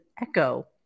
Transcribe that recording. echo